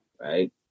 Right